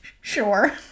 Sure